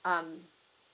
um